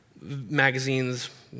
magazines